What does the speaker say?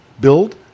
build